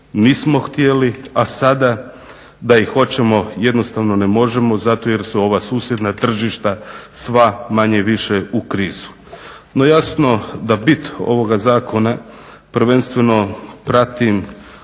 nismo htjeli a sada da i hoćemo jednostavno ne možemo zato jer se ova susjedna tržišta sva manje-više u krizi. No jasno da bit ovoga zakona prvenstveno pratim